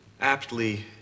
aptly